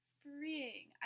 freeing